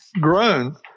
grown